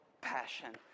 passion